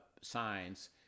signs